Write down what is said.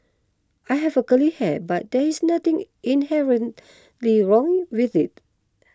I have a curly hair but there is nothing inherently wrong with it